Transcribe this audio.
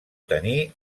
tenir